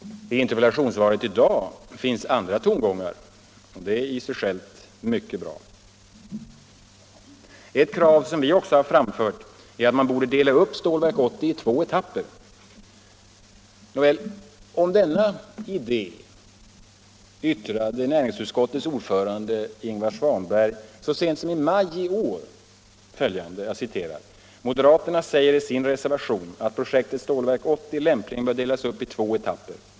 I interpellationssvaret i dag finns andra tongångar, och det är i sig självt mycket bra. Ett krav som vi också framfört är att man borde dela upp Stålverk 80 i två etapper. Om denna idé yttrade näringsutskottets ordförande herr Svanberg så sent som i maj i år följande: ”Moderaterna säger i sin reservation att projektet Stålverk 80 lämpligen bör delas upp i två etapper.